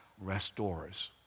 Restores